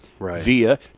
via